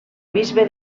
bisbe